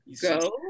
go